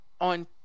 On